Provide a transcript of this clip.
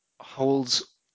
holds